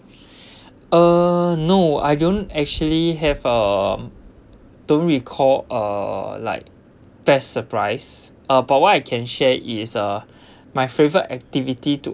uh no I don't actually have um don't recall uh like best surprise uh but what I can share is uh my favorite activity to